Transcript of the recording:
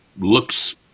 looks